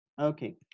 okay